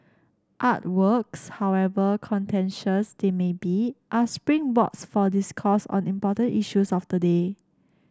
artworks however contentious they may be are springboards for discourse on important issues of the day